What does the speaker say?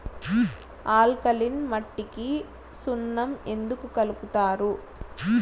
alkaline మట్టికి సున్నం ఎందుకు కలుపుతారు